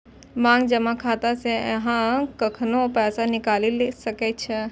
मांग जमा खाता सं अहां कखनो पैसा निकालि सकै छी